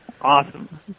Awesome